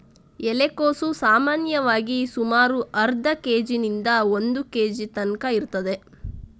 ಎಲೆಕೋಸು ಸಾಮಾನ್ಯವಾಗಿ ಸುಮಾರು ಅರ್ಧ ಕೇಜಿನಿಂದ ಒಂದು ಕೇಜಿ ತನ್ಕ ಇರ್ತದೆ